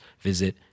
visit